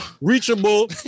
reachable